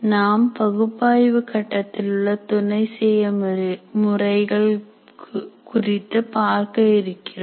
நாம் பகுப்பாய்வு கட்டத்திலுள்ள துணை செயல்முறைகள் குறித்து பார்க்க இருக்கிறோம்